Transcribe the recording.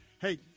Hey